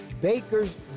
Baker's